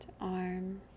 arms